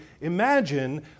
imagine